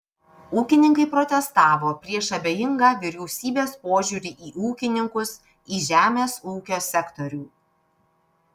ūkininkai protestavo prieš abejingą vyriausybės požiūrį į ūkininkus į žemės ūkio sektorių